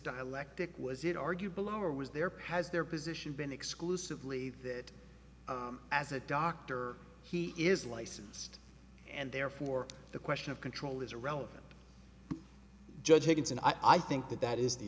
dialectic was it argued below or was there has their position been exclusively that as a doctor he is licensed and therefore the question of control is irrelevant judgments and i think that that is the